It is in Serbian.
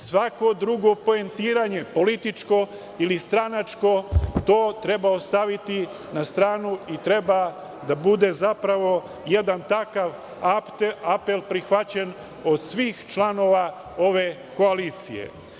Svako drugo poentiranje, političko ili stranačko, to treba ostaviti na stranu i treba da bude zapravo jedan takav apel prihvaćen od svih članova ove koalicije.